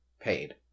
paid